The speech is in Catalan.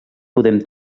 podem